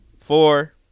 four